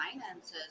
finances